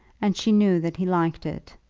and she knew that he liked it.